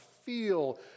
feel